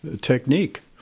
technique